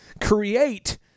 create